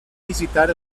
visitar